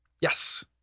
Yes